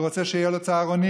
הוא רוצה שיהיו לו צהרונים,